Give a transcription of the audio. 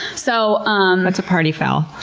so um that's a party foul.